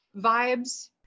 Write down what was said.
vibes